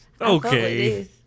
Okay